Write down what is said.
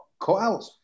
cutouts